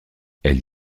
elle